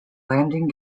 landing